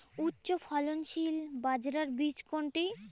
উচ্চফলনশীল বাজরার বীজ কোনটি?